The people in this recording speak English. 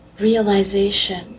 realization